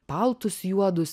paltus juodus